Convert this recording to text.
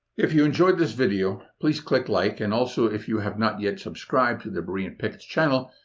if you enjoyed this video, please click like and also if you have not yet subscribed to the beroean pickets channel,